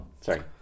sorry